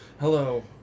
hello